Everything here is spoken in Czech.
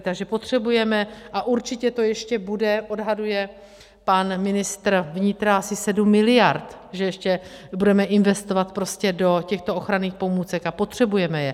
Takže potřebujeme, a určitě to ještě bude odhaduje pan ministr vnitra asi 7 mld. že ještě budeme investovat prostě do těchto ochranných pomůcek, a potřebujeme je.